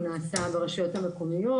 הוא נעשה ברשויות המקומיות,